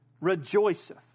rejoiceth